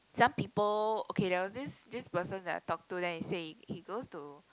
some people okay that was this this person that I talk to then he said he he goes to